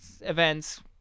events